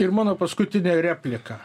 ir mano paskutinė replika